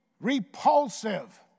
repulsive